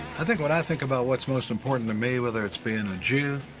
i think when i think about what's most important to me, whether it's being a jew,